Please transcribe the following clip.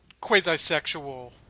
quasi-sexual